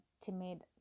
timid